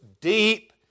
deep